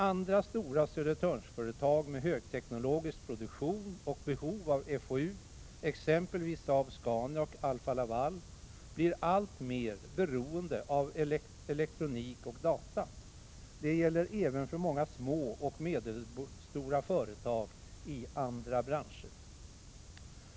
Andra stora Södertörnsföretag med högteknologisk produktion och behov av fou, exempelvis Saab-Scania och Alfa-Laval, blir alltmer beroende av elektronik och data. Det gäller även för många små och medelstora företag i andra branscher.